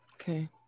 Okay